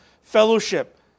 fellowship